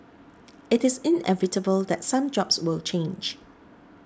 it is inevitable that some jobs will change